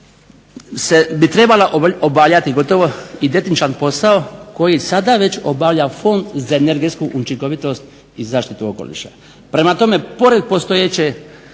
bi trebala obavljati gotovo identičan posao koji sada već obavlja Fond za energetsku učinkovitost i zaštitu okoliša. Prema tome pored postojećeg